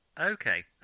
Okay